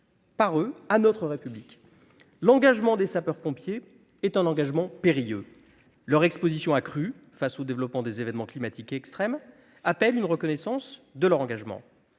rendent à notre République. L'engagement des sapeurs-pompiers est un engagement périlleux. Leur exposition accrue face au développement des événements climatiques extrêmes appelle une reconnaissance du service rendu.